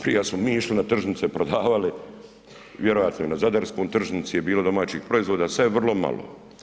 Prije smo mi išli na tržnice, prodavali, vjerojatno i na zadarskoj tržnici je bilo domaćih proizvoda, sad je vrlo malo.